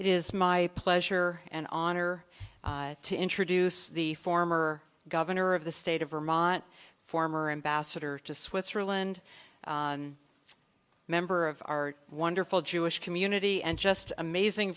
it is my pleasure and honor i to introduce the former governor of the state of vermont former ambassador to switzerland on member of our wonderful jewish community and just amazing